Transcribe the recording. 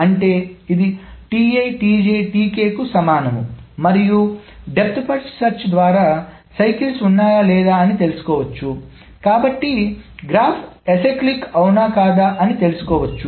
అంటే ఇది సమానం మరియు దెప్థ్ ఫస్ట్ సెర్చ్ ద్వారా చక్రాలు ఉన్నాయా లేదా అని తెలుసుకోవచ్చు కాబట్టి గ్రాఫ్ ఎసిక్లిక్ అవునా కాదా అని తెలుసుకోవచ్చు